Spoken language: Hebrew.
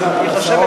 שצדקת.